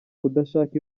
kudashaka